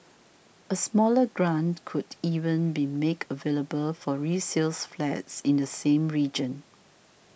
a smaller grant could even be make available for resale flats in the same region